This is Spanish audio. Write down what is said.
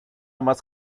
más